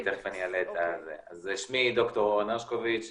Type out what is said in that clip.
אנמי מנכ"ל